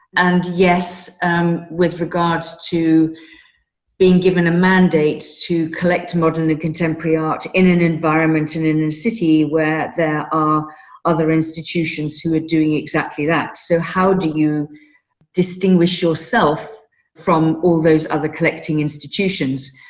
and yes, and with regards to being given a mandate to collect modern and contemporary art in an environment and in a city where there are other institutions who are doing exactly that. so how do you distinguish yourself from all those other collecting institutions?